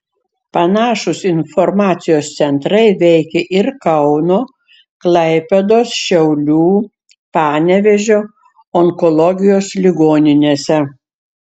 panašūs informacijos centrai veikė ir kauno klaipėdos šiaulių panevėžio onkologijos ligoninėse